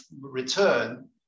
return